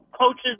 coaches